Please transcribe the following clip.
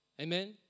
Amen